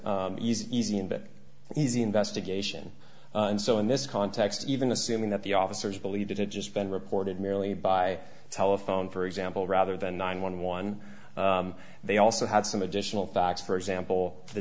it easy investigation and so in this context even assuming that the officers believed it had just been reported merely by telephone for example rather than nine one one they also had some additional facts for example th